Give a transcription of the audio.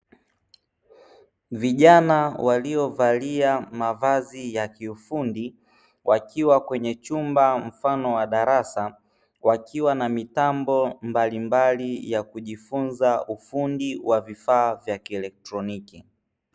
Vijana walio valia mavazi ya kiufundi wakiwa kwenye chumba mfano wa darasa, wakiwa na mitambo mbalimbali ya kujifunza ufundi mbalimbali wa kieletroniki.